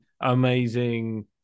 amazing